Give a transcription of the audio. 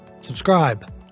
subscribe